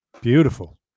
beautiful